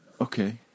Okay